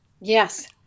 Yes